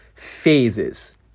phases